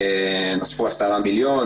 נוספו 10 מיליון,